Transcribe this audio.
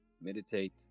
Meditate